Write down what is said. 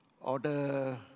Order